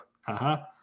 haha